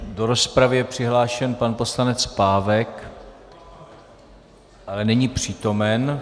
Do rozpravy je přihlášen pan poslanec Pávek, ale není přítomen.